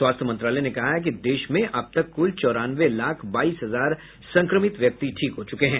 स्वास्थ्य मंत्रालय ने कहा है कि देश में अब तक कुल चौरानवे लाख बाईस हजार संक्रमित व्यक्ति ठीक हो चुके हैं